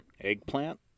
Eggplant